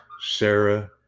Sarah